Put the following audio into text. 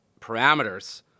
parameters